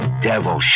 Devil